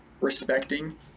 respecting